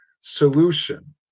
solution